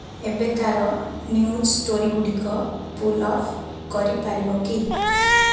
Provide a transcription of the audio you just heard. ଏବେକାର ନ୍ୟୁଜ୍ ଷ୍ଟୋରୀଗୁଡ଼ିକ pull up କରିପାରିବ କି